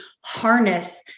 harness